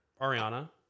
Ariana